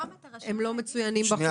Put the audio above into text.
הם לא מצוינים בחוק.